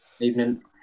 Evening